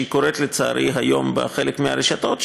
שקורית לצערי היום בחלק מהרשתות,